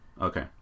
Okay